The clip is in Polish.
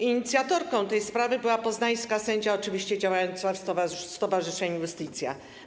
Inicjatorką tej sprawy była poznańska sędzia, oczywiście działająca w stowarzyszeniu Iustitia.